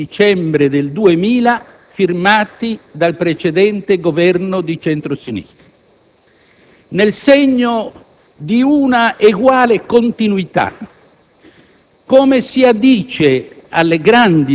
con gli accordi di Roma del 13 dicembre 2000, firmati dal precedente Governo di centro-sinistra. Nel segno di una eguale continuità,